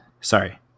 Sorry